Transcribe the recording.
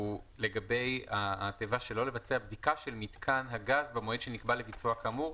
לגבי התיבה שלא לבצע בדיקה של מיתקן הגז במועד שנקבע לביצוע כאמור.